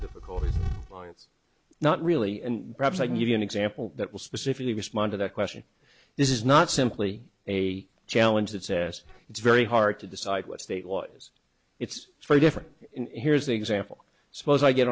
difficulties why it's not really and perhaps i can give you an example that was specifically respond to the question this is not simply a challenge that says it's very hard to decide what state law is it's very different in here's an example suppose i get